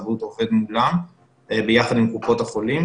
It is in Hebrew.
הבריאות עובד מולם ביחד עם קופות החולים,